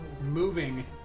moving